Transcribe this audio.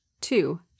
Two